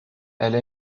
elle